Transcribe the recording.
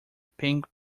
pink